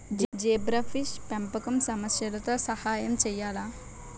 Zebrafish పెంపకం సమస్యలతో సహాయం చేయాలా?